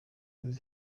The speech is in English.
that